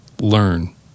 learn